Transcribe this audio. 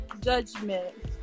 Judgment